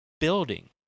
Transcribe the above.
building